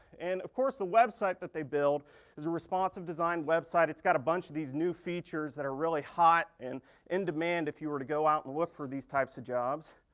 and of course, the website that they build is a responsive design website. it's got a bunch of these new features that are really hot and in demand if you were to go out and look for these types of jobs.